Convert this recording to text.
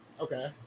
Okay